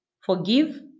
forgive